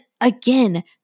again